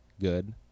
good